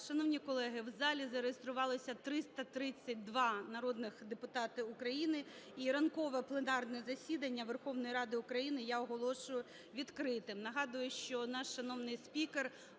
Шановні колеги, в залізареєструвалося 332 народних депутати України. І ранкове пленарне засідання Верховної Ради України я оголошую відкритим. Нагадую, що наш шановний спікер